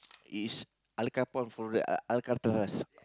it is Al~ Alcatraz